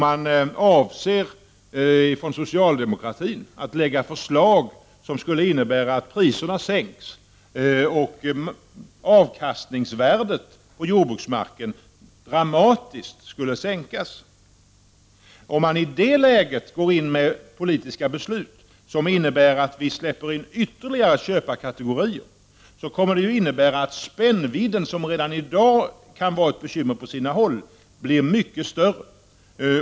Man avser från socialdemokratiskt håll att lägga fram förslag som skulle innebära att priserna sänks och att avkastningsvärdet på jordbruksmarken dramatiskt skulle sänkas. Om man i det läget går in med politiska beslut som innebär att vi släpper in ytterligare köparkategorier, kommer det att innebära att spännvidden, som redan i dag kan vara ett bekymmer på sina håll, blir mycket större.